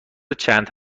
چقدر